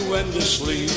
endlessly